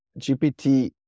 GPT